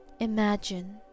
Imagine